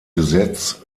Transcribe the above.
gesetz